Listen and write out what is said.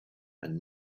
and